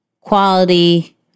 quality